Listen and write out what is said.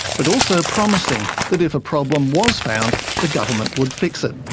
but also promising that if a problem was found, the government would fix it.